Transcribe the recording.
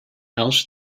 alts